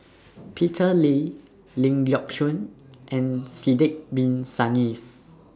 Peter Lee Ling Geok Choon and Sidek Bin Saniff